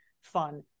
fun